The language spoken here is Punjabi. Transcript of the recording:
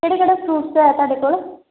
ਕਿਹੜੇ ਕਿਹੜੇ ਫਰੂਟਸ ਆ ਤੁਹਾਡੇ ਕੋਲ